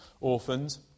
orphans